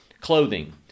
clothing